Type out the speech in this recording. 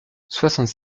soixante